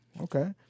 Okay